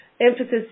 emphasis